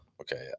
okay